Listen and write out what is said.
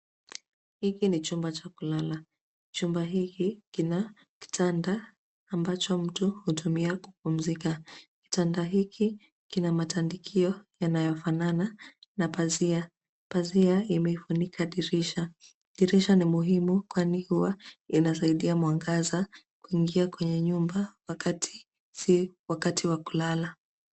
Hiki ni chumba cha kulala. Chumba hiki kina kitanda ambacho mtu hutumia kupumzika. Kitanda hiki kina matandikio yanayofanana na pazia. Pazia imefunika dirisha. Dirisha ni muhimu kwani huwa inasaidia mwangaza kuingia kwenye nyumba wakati si wakati wa kulala.